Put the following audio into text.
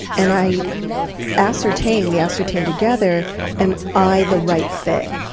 and i ascertain we ascertain together am i the right fit?